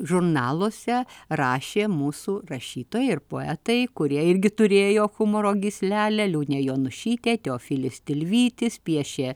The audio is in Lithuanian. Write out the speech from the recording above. žurnaluose rašė mūsų rašytojai ir poetai kurie irgi turėjo humoro gyslelę liūnė jonušytė teofilis tilvytis piešė